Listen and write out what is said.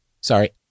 sorry